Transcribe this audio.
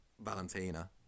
Valentina